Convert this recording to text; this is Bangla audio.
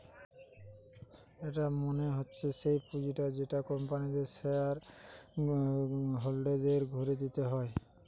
এটা মনে হচ্ছে সেই পুঁজিটা যেটা কোম্পানির শেয়ার হোল্ডারদের ঘুরে দিতে হয়